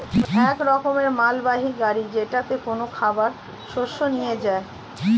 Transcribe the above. এক রকমের মালবাহী গাড়ি যেটাতে করে খাবার শস্য নিয়ে যায়